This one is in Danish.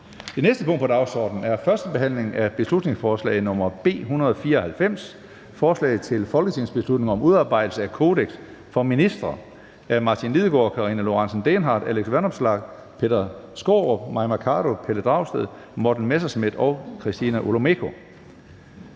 Det næste punkt på dagsordenen er: 21) 1. behandling af beslutningsforslag nr. B 194: Forslag til folketingsbeslutning om udarbejdelse af et kodeks for ministre. Af Martin Lidegaard (RV), Karina Lorentzen Dehnhardt (SF), Alex Vanopslagh (LA), Peter Skaarup (DD), Mai Mercado (KF), Pelle Dragsted (EL), Morten Messerschmidt (DF) og Christina Olumeko